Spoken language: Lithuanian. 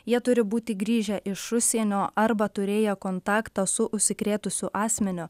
jie turi būti grįžę iš užsienio arba turėję kontaktą su užsikrėtusiu asmeniu